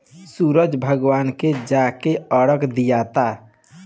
सूरज भगवान के जाके अरग दियाता